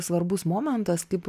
svarbus momentas kaip